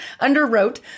Underwrote